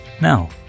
Now